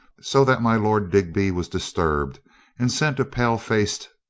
so that my lord digby was disturbed and sent a pale faced,